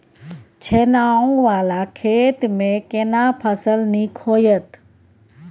छै ॉंव वाला खेत में केना फसल नीक होयत?